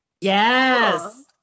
Yes